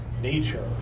nature